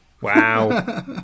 Wow